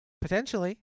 Potentially